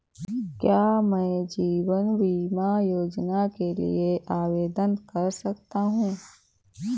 क्या मैं जीवन बीमा योजना के लिए आवेदन कर सकता हूँ?